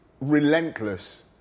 relentless